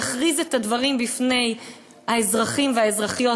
יכריז את הדברים בפני האזרחים והאזרחיות